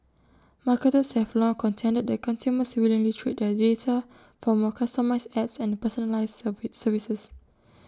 marketers have long contended that consumers willingly trade their data for more customised ads and personalised serve services